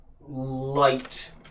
light